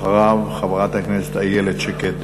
אחריו, חברת הכנסת איילת שקד.